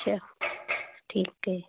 ਅੱਛਾ ਠੀਕ ਹੈ